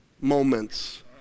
moments